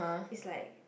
it's like